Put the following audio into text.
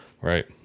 Right